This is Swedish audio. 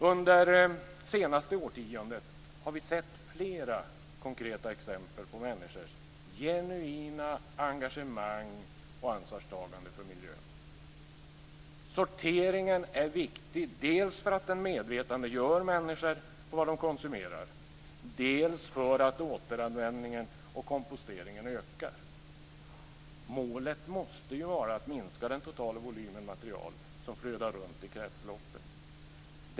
Under det senaste årtiondet har vi sett flera konkreta exempel på människors genuina engagemang och ansvarstagande för miljön. Sorteringen är viktig dels för att den medvetandegör människor på vad de konsumerar, dels för att återanvändningen och komposteringen ökar. Målet måste ju vara att minska den totala volymen material som flödar runt i kretsloppet.